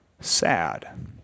sad